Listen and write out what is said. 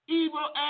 evil